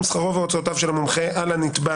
שכרו והוצאותיו של המומחה על הנתבע